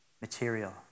material